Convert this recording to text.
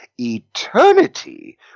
eternity